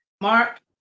mark